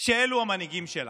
שאלו המנהיגים שלה,